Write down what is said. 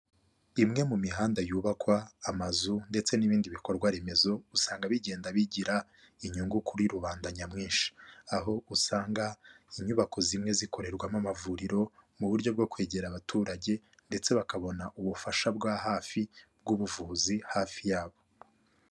Imwe mu mihanda yubakwa, amazu ndetse n'ibindi bikorwa remezo usanga bigenda bigira inyungu kuri rubanda nyamwinshi, aho usanga inyubako zimwe zikorerwamo amavuriro mu buryo bwo kwegera abaturage ndetse bakabona ubufasha bwa hafi bw'ubuvuzi hafi yabo.